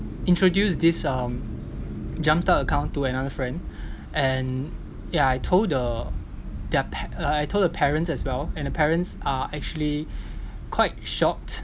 introduce this um jumpstart account to another friend and ya I told the their pa~ uh I told the parents as well and the parents are actually quite shocked